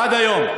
עד היום.